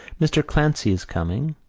mr. clancy is coming,